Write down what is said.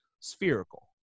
spherical